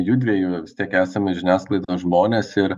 jųdviejų vis tiek esame žiniasklaidos žmonės ir